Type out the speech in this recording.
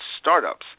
startups